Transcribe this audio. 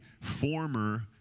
former